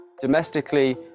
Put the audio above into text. Domestically